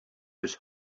his